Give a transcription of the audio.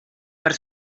per